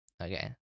okay